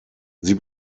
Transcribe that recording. sie